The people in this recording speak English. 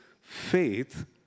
faith